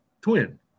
twin